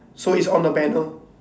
so it's on the banner